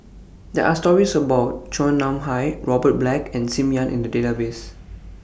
There Are stories about Chua Nam Hai Robert Black and SIM Ann in The Database